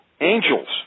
angels